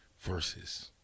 versus